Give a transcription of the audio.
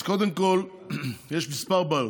אז קודם כול יש כמה בעיות.